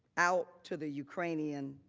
out to the ukrainian